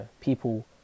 people